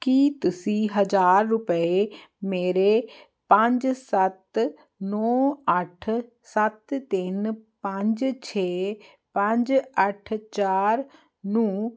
ਕੀ ਤੁਸੀਂਂ ਹਜ਼ਾਰ ਰੁਪਏ ਮੇਰੇ ਪੰਜ ਸੱਤ ਨੌਂ ਅੱਠ ਸੱਤ ਤਿੰਨ ਪੰਜ ਛੇ ਪੰਜ ਅੱਠ ਚਾਰ ਨੂੰ